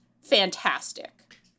fantastic